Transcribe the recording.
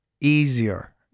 easier